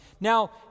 Now